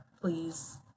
please